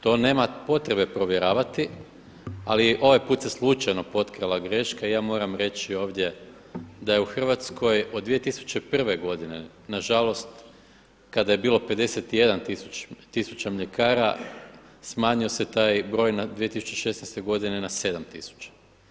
To nema potrebe provjeravati, ali ovaj put se slučajno potkrala greška i ja moram reći ovdje da je u Hrvatskoj od 2001. godine na žalost kada je bilo 51000 mljekara smanjio se taj broj na 2016. godine na 7000.